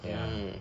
ya